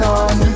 on